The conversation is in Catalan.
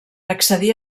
accedir